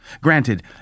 Granted